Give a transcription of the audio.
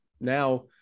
now